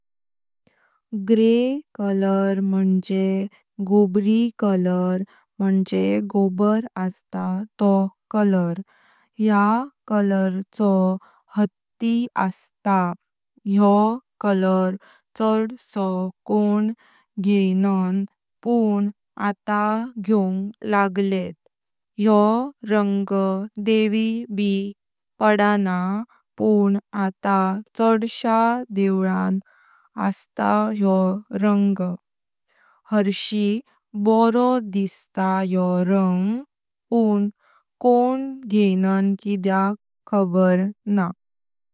Grey colour मुणजे गोब्री colour मुणजे गोबर असता तोह कलर। या कलर चो हाटी असता। योह कलर चड सो कोण घेंयण पुण आत घेवन लगलेंत। योह रंग देवी ब पाडण पण आत चडश्या देवलांग असता योह रंग। हरशी बारो दिसता योह रंग पण कोण घेंयण किद्याक खबर न्हा।